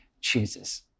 chooses